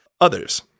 others